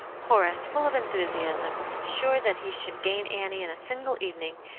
horace, full of enthusiasm, sure that he should gain annie in a single evening,